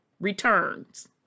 returns